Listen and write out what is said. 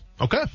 Okay